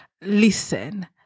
listen